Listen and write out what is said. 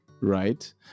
right